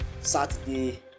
Saturday